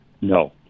No